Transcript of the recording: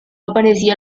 aparecía